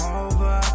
over